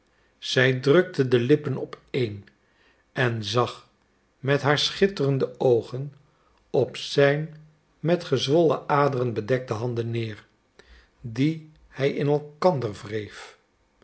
zij drukte de lippen opeen en zag met haar schitterende oogen op zijn met gezwollen aderen bedekte handen neer die hij in elkander wreef